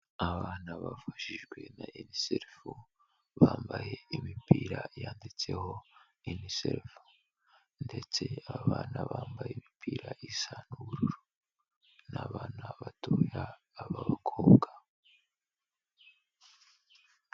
Aba ni bafashijwe na UNICEF bambaye imipira yanditseho UNICEF ndetse abana bambaye imipira isa n'ubururu, ni abana batoya b'abakobwa.